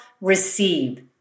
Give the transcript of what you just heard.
receive